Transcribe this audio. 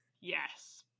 Yes